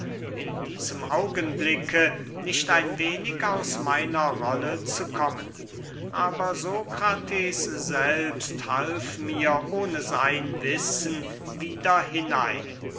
in diesem augenblicke nicht ein wenig aus meiner rolle zu kommen aber sokrates selbst half mir ohne sein wissen wieder hinein